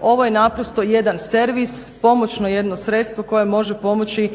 Ovo je naprosto jedan servis, pomoćno jedno sredstvo koje može pomoći